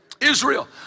Israel